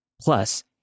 Plus